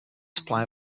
supply